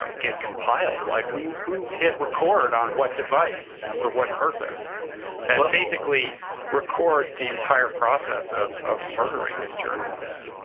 um get compiled? like who who hit record, on what device, and for what purpose? that basically records the entire process of of murdering this journalist?